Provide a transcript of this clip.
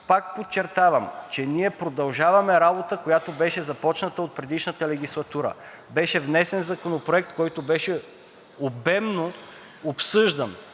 Пак подчертавам, че ние продължаваме работа, която беше започната от предишната легислатура. Беше внесен законопроект, който беше обемно обсъждан